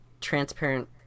transparent